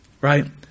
right